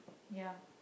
ya